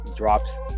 drops